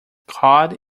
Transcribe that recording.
cod